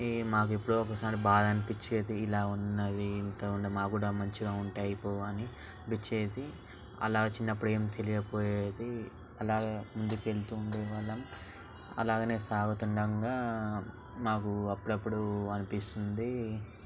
ఏ మాకు ఎప్పుడో ఒకసారి బాధ అనిపించేది ఇలా ఉన్నవి ఇంత మా కూడా మంచిగా ఉంటే అయిపోవని అనిపించేది అలా చిన్నప్పుడు ఏం తెలియకపొయ్యేది అలాగా ముందుకు వెళ్తూ ఉండేవాళ్ళం అలాగనే సాగుతుండగా మాకు అప్పుడప్పుడు అనిపిస్తుంది